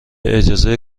اجازه